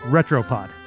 Retropod